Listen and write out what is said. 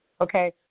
okay